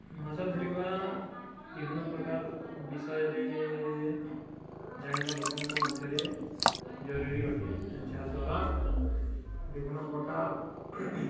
ମାଛ ଧରିବା ବିଭିନ୍ନପ୍ରକାର ବିଷୟରେ ଜାଣିବା ଲୋକଙ୍କ ମଧ୍ୟରେ ଜରୁରୀ ଅଟେ ଯାହା ଦ୍ୱାରା ବିଭିନ୍ନପ୍ରକାର